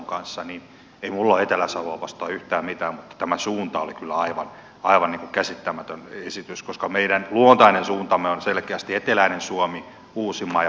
ei minulla ole etelä savoa vastaan yhtään mitään mutta tämä suunta oli kyllä aivan käsittämätön esitys koska meidän luontainen suuntamme on selkeästi eteläinen suomi uusimaa ja päijät häme